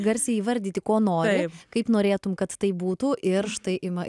garsiai įvardyti ko nori kaip norėtum kad taip būtų ir štai ima